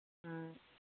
ꯑꯥ